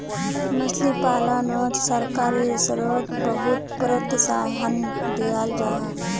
मछली पालानोत सरकारी स्त्रोत बहुत प्रोत्साहन दियाल जाहा